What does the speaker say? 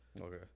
Okay